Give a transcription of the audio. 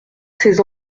ses